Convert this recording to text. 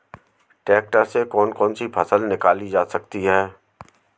Tractor से कौन कौनसी फसल निकाली जा सकती हैं?